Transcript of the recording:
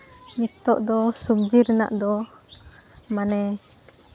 ᱱᱤᱛᱳᱜ ᱫᱚ ᱥᱚᱵᱽᱡᱤ ᱨᱮᱱᱟᱜ ᱫᱚ ᱢᱟᱱᱮ